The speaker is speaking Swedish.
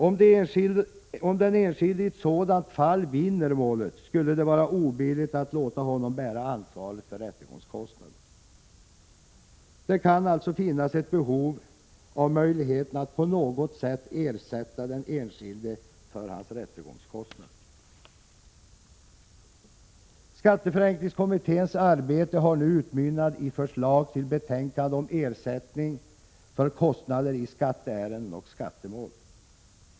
Om den enskilde i ett sådant fall vinner målet, skulle det vara obilligt att låta honom bära ansvaret för rättegångskostnaderna. Det kan alltså behövas en möjlighet att på något sätt ersätta den enskilde för hans rättegångskostnader. Skatteförenklingskommitténs arbete har nu utmynnat i förslag i betänkandet Ersättning för kostnader i skatteärenden och skattemål.